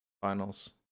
finals